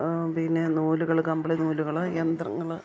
പിന്നെ നൂലുകൾ കമ്പിളി നൂലുകൾ യന്ത്രങ്ങൾ